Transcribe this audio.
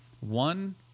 one